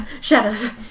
Shadows